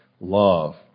love